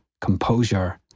composure